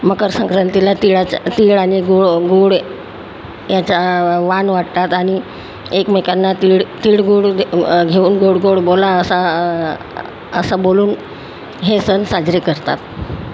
मकर संक्रांतीला तिळाचं तीळ आणि गुळ गुळ याचा आ वाणं वाटतात आणि एकमेकांना तीळ तिळगुळ दे घेऊन गोड गोड बोला असा असं बोलून हे सण साजरे करतात